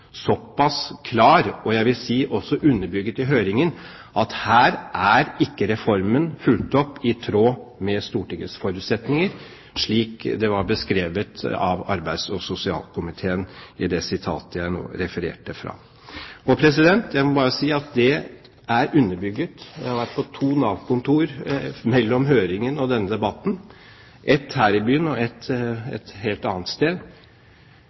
såpass klar, og jeg vil si også underbygd i høringen, at her er ikke reformen fulgt opp i tråd med Stortingets forutsetninger, slik det var beskrevet av arbeids- og sosialkomiteen i det sitatet jeg nå refererte. Jeg må bare si at dette også er underbygd. Jeg har vært på to Nav-kontorer mellom høringen og denne debatten – et her i byen og et et helt annet sted.